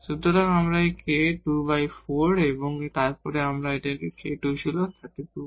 সুতরাং এই k24 এবং তারপর এখানে আমরা এই k2 ছিল 32k2